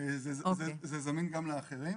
זה זמין גם לאחרים,